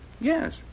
Yes